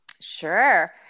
Sure